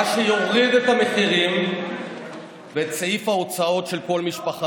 מה שיוריד את המחירים ואת סעיף ההוצאות של כל משפחה.